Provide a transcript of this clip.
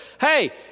Hey